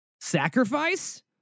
Sacrifice